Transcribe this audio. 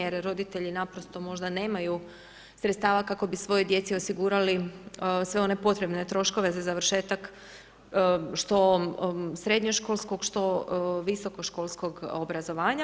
Jer roditelji naprosto možda nemaju sredstava kako bi svojoj djeci osigurali sve one potrebne troškove za završetak, što srednjoškolskog što visokoškolskog obrazovanja.